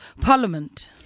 Parliament